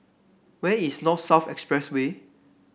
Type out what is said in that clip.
where is North South Expressway